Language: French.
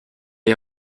est